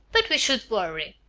but we should worry!